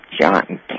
John